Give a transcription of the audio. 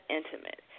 intimate